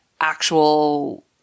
actual